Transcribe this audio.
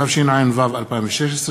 התשע"ו 2016,